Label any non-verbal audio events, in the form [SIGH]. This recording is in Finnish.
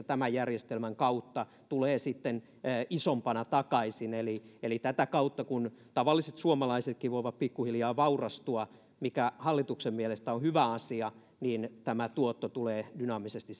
[UNINTELLIGIBLE] tämän järjestelmän kautta tulee sitten isompana takaisin eli eli tätä kautta kun tavallisetkin suomalaiset voivat pikkuhiljaa vaurastua mikä hallituksen mielestä on hyvä asia niin tämä tuotto tulee dynaamisesti [UNINTELLIGIBLE]